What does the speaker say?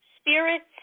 spirits